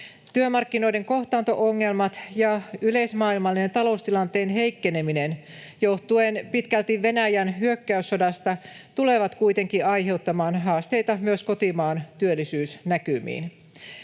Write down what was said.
Työmarkkinoiden kohtaanto-ongelmat ja yleismaailmallinen taloustilanteen heikkeneminen, johtuen pitkälti Venäjän hyökkäyssodasta, tulevat kuitenkin aiheuttamaan haasteita myös kotimaan työllisyysnäkymiin.